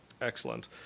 Excellent